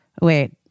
Wait